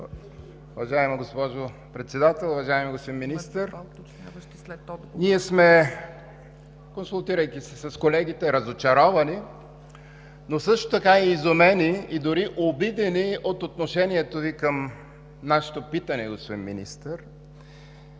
Уважаема госпожо Председател! Уважаеми господин Министър, консултирайки се с колегите, сме разочаровани, но също така и изумени, и дори обидени от отношението Ви към нашето питане, господин Министър.